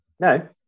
No